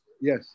Yes